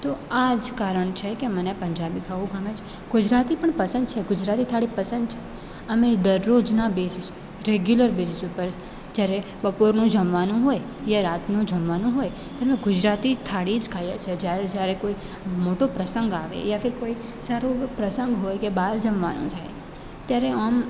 તો આજ કારણ છે કે મને પંજાબી ખાવું ગમે છે ગુજરાતી પણ પસંદ છે ગુજરાતી થાળી પસંદ છે અમે દરરોજના બેઝ રેગ્યુલર બેઝીસ ઉપર જ્યારે બપોરનું જમવાનું હોય કે રાતનું જમવાનું હોય ગુજરાતી થાળી જ ખાઈએ છીએ જ્યારે જ્યારે કોઈ મોટો પ્રસંગ આવે યા ફીર કોઈ સારો એવો પ્રસંગ હોય કે બહાર જમવાનું થાય